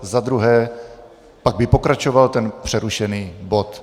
Za druhé, pak by pokračoval ten přerušený bod.